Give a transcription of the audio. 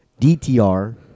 DTR